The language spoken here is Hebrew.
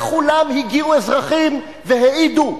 לכולן הגיעו אזרחים והעידו,